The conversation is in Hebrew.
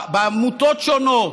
בעמותות שונות,